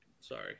Sorry